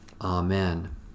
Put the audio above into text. Amen